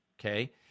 Okay